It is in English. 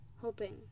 hoping